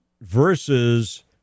versus